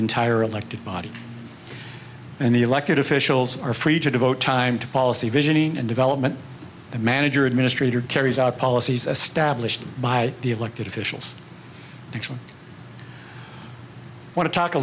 entire elected body and the elected officials are free to devote time to policy visioning and development the manager administrator carries out policies as stablished by the elected officials actually want to talk a